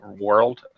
world